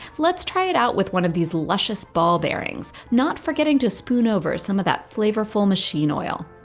let's try it out with one of these luscious ball bearings, not forgetting to spoon over some of that flavorful machine oil.